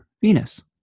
Venus